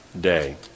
day